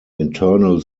internal